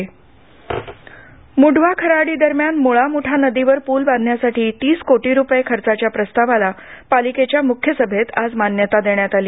पुल मुंढवा खराडी दरम्यान मुळा मुठा नदीवर पुल बांधण्यासाठी तीस कोटी रुपये खर्चाच्या प्रस्तावाला पालिकेच्या मुख्य सभेत आज मान्यता देण्यात आली